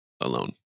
alone